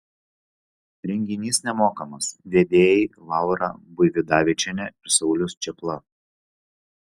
renginys nemokamas vedėjai laura buividavičienė ir saulius čėpla